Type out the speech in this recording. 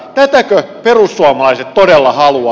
tätäkö perussuomalaiset todella haluaa